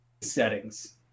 settings